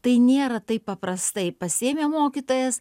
tai nėra taip paprastai pasiėmė mokytojas